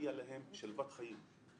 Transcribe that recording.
מגיעה להם שלוות חיים.